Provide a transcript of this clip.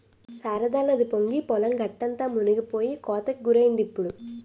శారదానది పొంగి పొలం గట్టంతా మునిపోయి కోతకి గురైందిప్పుడు